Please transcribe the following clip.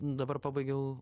dabar pabaigiau